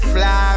Fly